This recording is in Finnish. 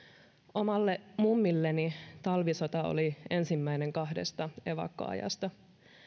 omalle mummilleni talvisota oli ensimmäinen kahdesta evakkoajasta